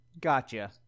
Gotcha